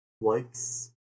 likes